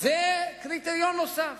אז זה קריטריון נוסף.